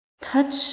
touch